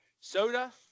soda